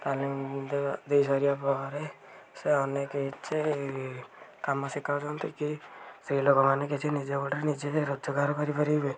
ତାଲିମ୍ ଦେବା ଦେଇସାରିବାପରେ ସେ ଅନେକ କିଛି କାମ ସେ କରନ୍ତି କି ସେଇ ଲୋକମାନେ କିଛି ନିଜ ଗୋଡ଼ରେ ନିଜେ ରୋଜଗାର କରିପାରିବେ